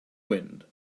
wind